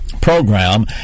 program